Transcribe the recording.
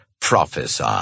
Prophesy